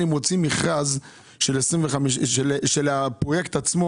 כאשר בסוף שנה אני מוציא מכרז של הפרויקט עצמו